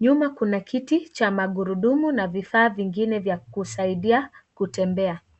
Nyuma, kuna kiti cha magurudumu na vifaa vingine vya kusaidia kutembea.